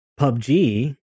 PUBG